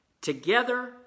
Together